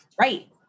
right